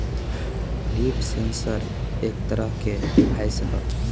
leaf sensor एक तरह के के डिवाइस ह